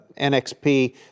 NXP